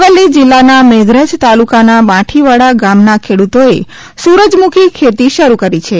અરવલ્લી જિલ્લાના મેઘરજ તાલુકાના બાંઠીવાડા ગામનાં ખેડૂતોએ સૂરજમૂખી ખેતી શરૂ કરી છે